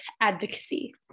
advocacy